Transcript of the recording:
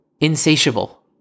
insatiable